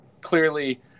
clearly